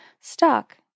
stuck